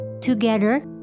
Together